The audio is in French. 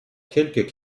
quelques